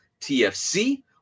TFC